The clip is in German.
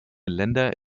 länder